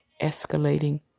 escalating